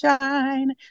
shine